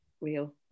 real